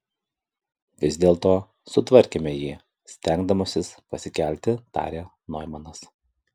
vis dėlto sutvarkėme jį stengdamasis pasikelti tarė noimanas